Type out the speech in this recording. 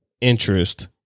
interest